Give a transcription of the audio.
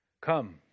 Come